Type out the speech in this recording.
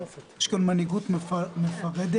יש כאן מנהיגות מפרדת,